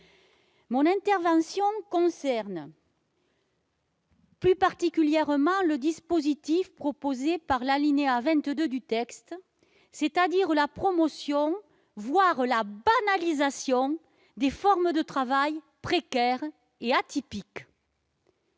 Mon intervention porte plus particulièrement sur le dispositif prévu à l'alinéa 22, c'est-à-dire la promotion, voire la banalisation, des formes de travail précaire et atypique.